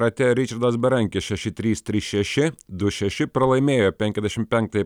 rate ričardas berankis šeši trys trys šeši du šeši pralaimėjo penkiasdešimt penktąjį